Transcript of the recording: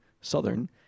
Southern